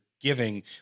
giving